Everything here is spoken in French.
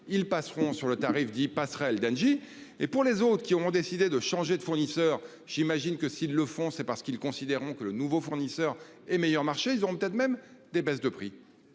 ils passeront sur le tarif 10 passerelle d'Engie et pour les autres qui ont décidé de changer de fournisseur. J'imagine que s'ils le font, c'est parce qu'ils considéreront que le nouveau fournisseur et meilleur marché, ils auront peut-être même des baisses de prix.